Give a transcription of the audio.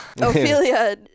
Ophelia